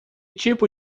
tipo